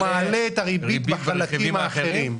הוא מעלה את הריבית בחלקים האחרים.